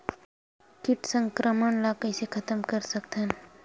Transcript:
कीट संक्रमण ला कइसे खतम कर सकथन?